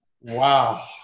Wow